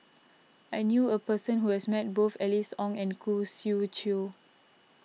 I knew a person who has met both Alice Ong and Khoo Swee Chiow